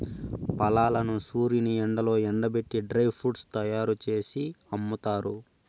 ఫలాలను సూర్యుని ఎండలో ఎండబెట్టి డ్రై ఫ్రూట్స్ తయ్యారు జేసి అమ్ముతారు